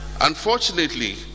Unfortunately